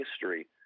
history